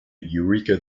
eureka